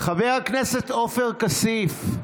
חבר הכנסת עופר כסיף?